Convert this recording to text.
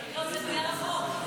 לא, זה בגלל החוק.